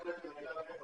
צחי, אתה רוצה לנסות שוב?